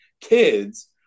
kids